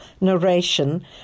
narration